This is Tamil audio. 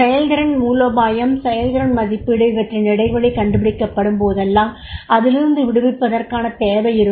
செயல்திறன் மூலோபாயம் செயல்திறன் மதிப்பீடு இவற்றின் இடைவெளி கண்டுபிடிக்கப்படும் போதெல்லாம் அதிலிருந்து விடுவிப்பதற்கான தேவை இருக்கும்